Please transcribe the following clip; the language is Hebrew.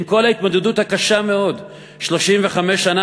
עם כל ההתמודדות הקשה מאוד 35 שנה,